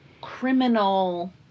criminal